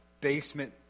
basement